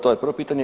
To je prvo pitanje.